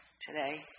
Today